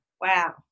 Wow